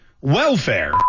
welfare